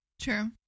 True